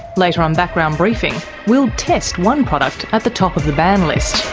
later on background briefing we'll test one product at the top of the ban list.